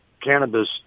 cannabis